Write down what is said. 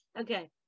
Okay